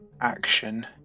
action